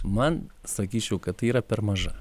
man sakyčiau kad yra per maža